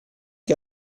che